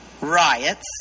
riots